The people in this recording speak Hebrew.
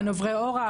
עוברי אורח,